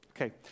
Okay